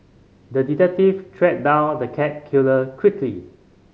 the detective tracked down the cat killer quickly